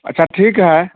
अच्छा ठीक है